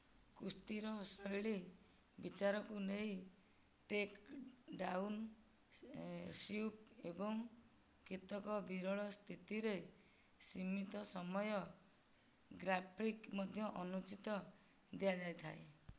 କୁସ୍ତିର ଶୈଳୀ ବିଚାରକୁ ନେଇ ଟେକ୍ ଡାଉନ୍ ସ୍ୱିପ୍ ଏବଂ କେତେକ ବିରଳ ସ୍ଥିତିରେ ସୀମିତ ସମୟ ଗ୍ରାଫିକ୍ ମଧ୍ୟ ଅନୁଚିତ ଦିଆଯାଇଥାଏ